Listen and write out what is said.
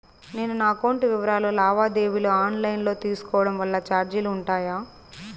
నేను నా అకౌంట్ వివరాలు లావాదేవీలు ఆన్ లైను లో తీసుకోవడం వల్ల చార్జీలు ఉంటాయా?